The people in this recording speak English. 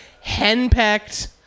henpecked